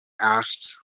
asked